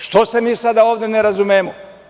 Što se mi sada ovde ne razumemo?